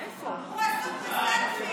הוא עסוק